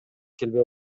келбей